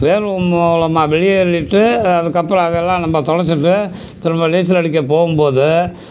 வேர்வை மூலமாக வெளியேற்றிட்டு அதுக்கப்புறம் அதெல்லாம் நம்ம தொடைச்சிட்டு திரும்ப நீச்சல் அடிக்கப் போகும் போது